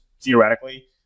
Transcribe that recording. theoretically